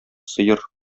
сыер